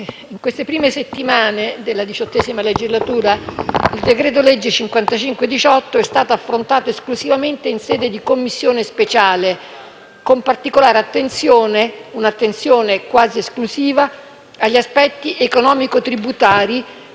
in queste prime settimane della XVIII legislatura, il decreto-legge n. 55 del 2018 è stato affrontato esclusivamente in sede di Commissione speciale, con particolare attenzione - un'attenzione quasi esclusiva - agli aspetti economico-tributari,